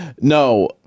No